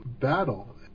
battle